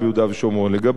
לגבי בית-אל,